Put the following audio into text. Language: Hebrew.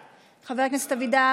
בעד,